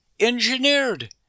engineered